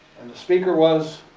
and the speaker was